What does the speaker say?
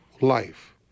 life